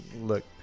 look